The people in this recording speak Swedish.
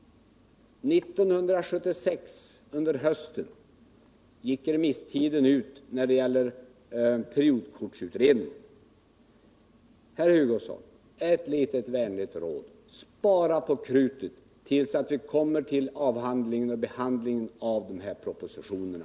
På hösten 1976 gick remisstiden ut för periodkortsutredningen. Ett litet vänligt råd, herr Hugosson: Spara på krutet till dess vi kommer till behandlingen av de här propositionerna!